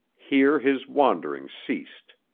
here his wanderings ceased.